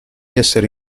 essere